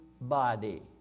body